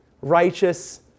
righteous